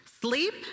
Sleep